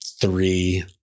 three